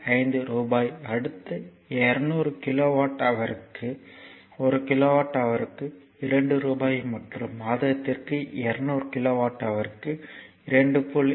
5 ரூபாய் அடுத்த 200 கிலோவாட் ஹவர்க்கு ஒரு கிலோவாட் ஹவர்க்கு 2 ரூபாய் மற்றும் மாதத்திற்கு 200 கிலோவாட் ஹவர்க்கு 2